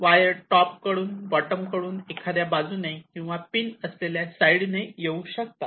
wire top कडून bottom कडून एखाद्या बाजूने किंवा पिन असलेल्या साईडने येऊ शकतात